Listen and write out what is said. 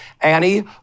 Annie